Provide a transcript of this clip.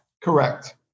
Correct